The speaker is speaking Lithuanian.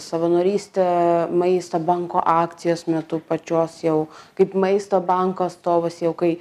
savanorystė maisto banko akcijos metu pačios jau kaip maisto banko atstovas jau kai